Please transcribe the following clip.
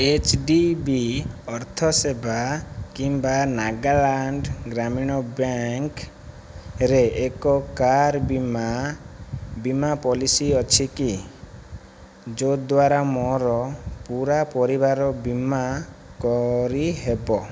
H D B ଅର୍ଥ ସେବା କିମ୍ବା ନାଗାଲାଣ୍ଡ ଗ୍ରାମୀଣ ବ୍ୟାଙ୍କରେ ଏକ କାର୍ ବୀମା ବୀମା ପଲିସି ଅଛି କି ଯଦ୍ଵାରା ମୋର ପୂରା ପରିବାରର ବୀମା କରିହେବ